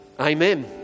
Amen